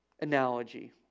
analogy